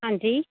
ਹਾਂਜੀ